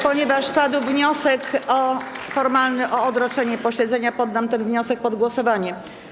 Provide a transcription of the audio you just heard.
Ponieważ padł wniosek formalny o odroczenie posiedzenia, poddam ten wniosek pod głosowanie.